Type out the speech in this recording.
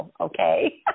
Okay